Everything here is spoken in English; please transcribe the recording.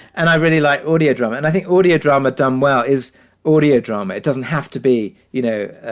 and i really like audio drama. and i think audio drama done well is audio drama. it doesn't have to be, you know,